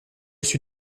suis